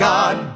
God